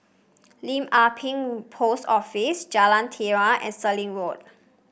Lim Ah Pin Post Office Jalan Telawi and Stirling Road